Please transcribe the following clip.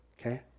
okay